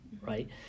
right